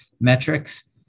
metrics